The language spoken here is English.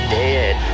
dead